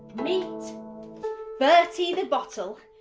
meet bertie the bottle.